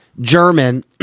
German